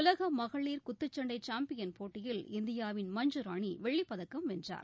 உலக மகளிர் குத்துச்சண்டை சாம்பியன் போட்டியில் இந்தியாவின் மஞ்கராணி வெள்ளிப் பதக்கம் வென்றார்